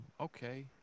okay